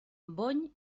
bony